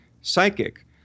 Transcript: psychic